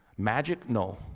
magic? no.